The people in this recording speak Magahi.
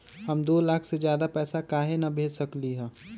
हम दो लाख से ज्यादा पैसा काहे न भेज सकली ह?